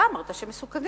אתה אמרת שהם מסוכנים.